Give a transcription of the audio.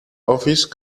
office